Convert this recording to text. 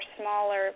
smaller